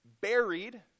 buried